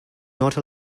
not